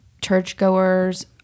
churchgoers